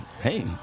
Hey